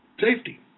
Safety